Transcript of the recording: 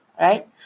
right